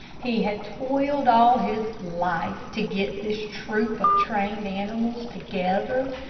he had toiled all his life to get this troupe of trained animals together,